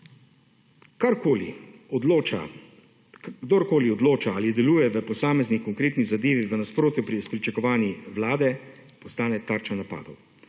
kdorkoli odloča ali deluje v posamezni konkretni zadevi v nasprotju s pričakovanji Vlade, postane tarča napadov.